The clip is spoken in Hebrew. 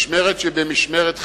משמרת שבמשמרת,